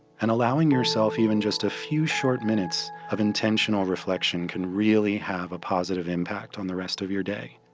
and allowing yourself even just a few short minutes of intentional reflection can really have a positive impact on the rest of your day.